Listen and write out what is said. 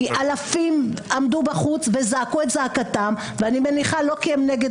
אלפים עמדו בחוץ וזעקו את זעקתם ואני מניחה לא כי הם נגד